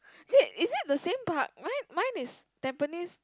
wait is it the park my my is tampines